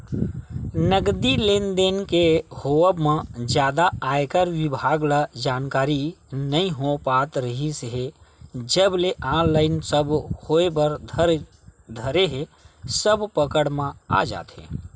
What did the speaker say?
नगदी लेन देन के होवब म जादा आयकर बिभाग ल जानकारी नइ हो पात रिहिस हे जब ले ऑनलाइन सब होय बर धरे हे सब पकड़ म आ जात हे